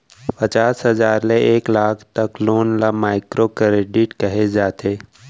पचास हजार ले एक लाख तक लोन ल माइक्रो करेडिट कहे जाथे